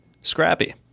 scrappy